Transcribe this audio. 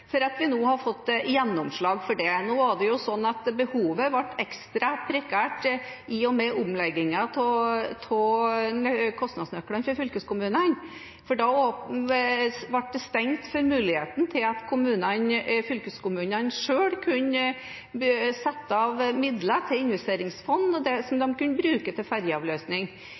for at vi nå har fått gjennomslag for det. Behovet ble jo ekstra prekært i og med omleggingen av kostnadsnøklene til fylkeskommunene, for da ble det stengt for muligheten til at fylkeskommunene selv kunne sette av midler til investeringsfond som de kunne bruke til ferjeavløsning. I og med at kostnadsnøklene ble lagt om slik at det ikke lenger er kystlinje som